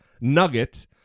nugget